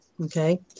Okay